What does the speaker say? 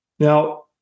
Now